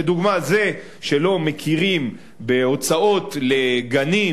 לדוגמה: זה שלא מכירים בהוצאות על גנים